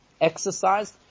exercise